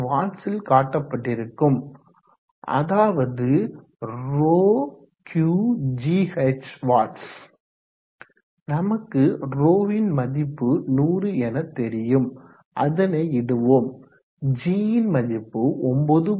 இது வாட்ஸ்ல் காட்டப்பட்டிருக்கும் அதாவது ρQgh வாட்ஸ் நமக்கு ρஎன்பதன் மதிப்பு 100 என தெரியும் அதனை இடுவோம் g ன் மதிப்பு 9